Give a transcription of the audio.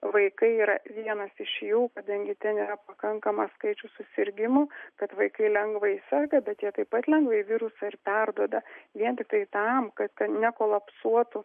vaikai yra vienas iš jų kadangi ten yra pakankamas skaičius susirgimų kad vaikai lengvai serga bet jie taip pat lengvai virusą ir perduoda vien tiktai tam kad nekolapsuotų